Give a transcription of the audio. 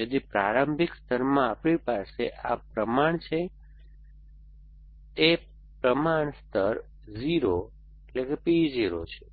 તેથી પ્રારંભિક સ્તરમાં આપણી પાસે આ પ્રમાણ છે તેથી તે પ્રમાણ સ્તર 0 P 0 છે